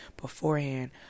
beforehand